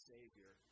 Savior